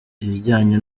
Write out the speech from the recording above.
ibijyanye